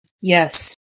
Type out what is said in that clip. Yes